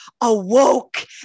awoke